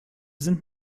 sind